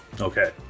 Okay